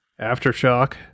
Aftershock